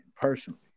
personally